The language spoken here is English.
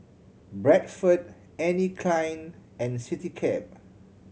Bradford Anne Klein and Citycab